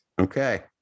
okay